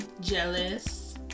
Jealous